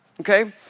okay